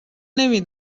نمی